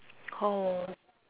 oh